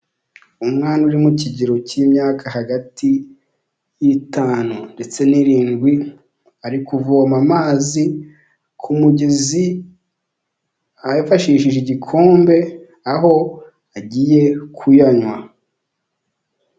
Umwana uri mu kigero cy'imyaka hagati y'itanu ndetse n'irindwi ari kuvoma amazi ku mugezi, ayafashishije igikombe aho agiye kuyanywa.